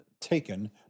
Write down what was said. taken